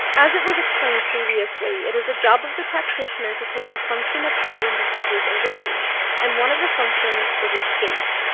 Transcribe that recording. as it was explained previously. it is the job of the practitioner to take the function of problem behaviors away and one of the functions is escape.